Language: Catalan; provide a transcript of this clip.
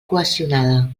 cohesionada